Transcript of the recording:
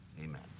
Amen